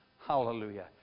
Hallelujah